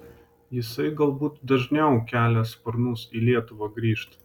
jisai galbūt dažniau kelia sparnus į lietuvą grįžt